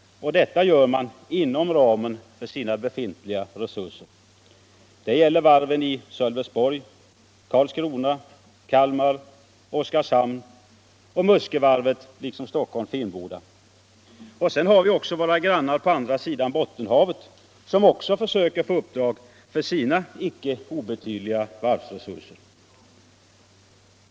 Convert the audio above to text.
Och detta gör man inom ramen för sina befintliga resurser. Det gäller varven i Sölvesborg, Karlskrona, Kalmar och Oskarshamn, och det gäller Muskövarvet. Sedan har vi grannar på andra sidan Bottenhavet som också försöker få uppdrag för sina icke obetydliga varvsresurser.